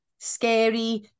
scary